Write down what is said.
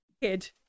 kid